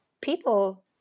people